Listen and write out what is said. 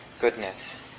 goodness